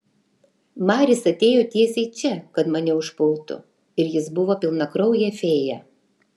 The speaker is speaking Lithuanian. maris atėjo tiesiai čia kad mane užpultų ir jis buvo pilnakraujė fėja